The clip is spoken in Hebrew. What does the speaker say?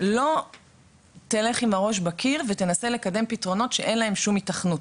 לא תלך עם הראש בקיר ותנסה לקדם פתרונות שאין להם שום היתכנות.